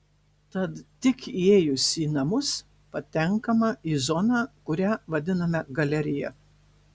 tad tik įėjus į namus patenkama į zoną kurią vadiname galerija